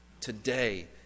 Today